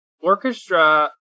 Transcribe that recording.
orchestra